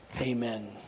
Amen